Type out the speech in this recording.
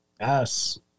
Yes